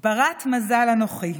בת מזל אנוכי.